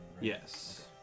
Yes